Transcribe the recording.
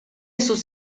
sus